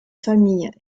famille